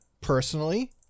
personally